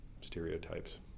stereotypes